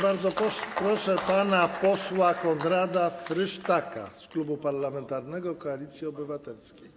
Bardzo proszę pana posła Konrada Frysztaka z Klubu Parlamentarnego Koalicja Obywatelska.